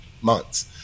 months